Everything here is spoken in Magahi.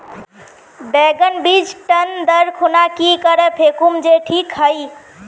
बैगन बीज टन दर खुना की करे फेकुम जे टिक हाई?